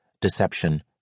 deception